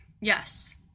Yes